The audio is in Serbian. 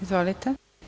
Izvolite.